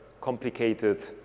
complicated